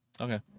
Okay